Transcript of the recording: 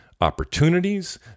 opportunities